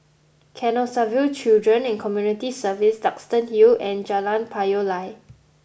Canossaville Children and Community Services Duxton Hill and Jalan Payoh Lai